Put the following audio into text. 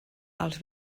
als